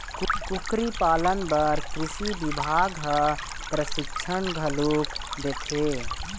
कुकरी पालन बर कृषि बिभाग ह परसिक्छन घलोक देथे